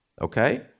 Okay